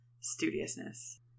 studiousness